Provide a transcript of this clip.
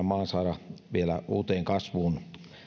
maan saada vielä uuteen kasvuun